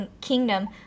Kingdom